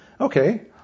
Okay